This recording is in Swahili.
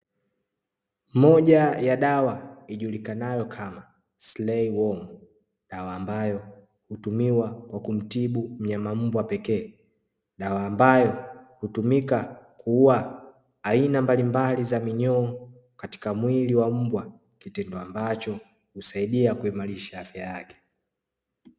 Moja ya dawa ijulikanayo kama “SLAY WORM” dawa ambayo hutumiwa kwa kumtibu mnyama mbwa pekee. Dawa ambayo hutumika kuua aina mbalimbali za minyoo katika mwili wa mbwa ,kitendo ambacho husaidia kuimarisha afya yake.